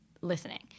listening